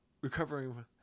recovering